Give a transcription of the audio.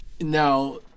Now